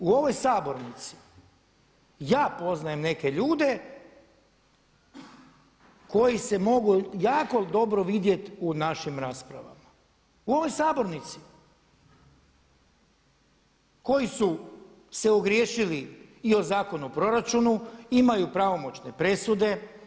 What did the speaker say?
U ovoj sabornici ja poznajem neke ljude koji se mogu jako dobro vidjeti u našim raspravama, u ovoj sabornici koji su se ogriješili i o Zakon o proračunu, imaju pravomoćne presude.